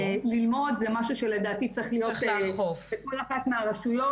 ללמוד זה משהו שלדעתי צריך להיות בכל אחת מהרשויות,